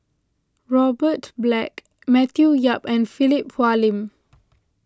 Robert Black Matthew Yap and Philip Hoalim